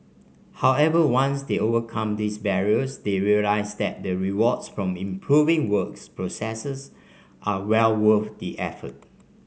however once they overcome these barriers they realise that the rewards from improving works processes are well worth the effort